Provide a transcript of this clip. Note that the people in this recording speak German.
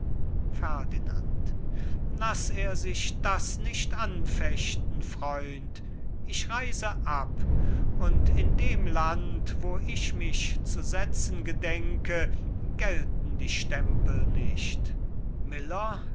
ferdinand laß er sich das nicht anfechten freund ich reise ab und in dem land wo ich mich zu setzen gedenke gelten die stempel nicht miller